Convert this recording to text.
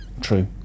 true